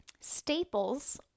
staples